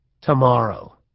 Tomorrow